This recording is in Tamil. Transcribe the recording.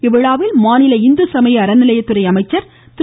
இவ்விழாவில் மாநில இந்துசமய அறநிலையத்துறை அமைச்சர் திரு